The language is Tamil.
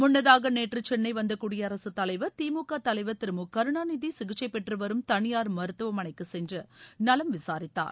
முன்னதாக நேற்று சென்னை வந்த குடியரசுத்தலைவர் திமுக தலைவர் திரு மு கருணாநிதி சிகிச்சைப்பெற்று வரும் தனியார் மருத்துவமனைக்குச் சென்று நவம் விசாரித்தார்